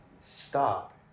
Stop